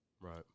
Right